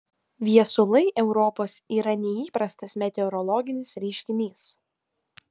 viesulai europos yra neįprastas meteorologinis reiškinys